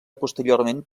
posteriorment